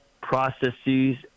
processes